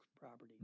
property